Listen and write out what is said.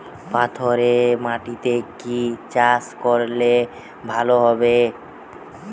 পাথরে মাটিতে কি চাষ করলে ভালো হবে?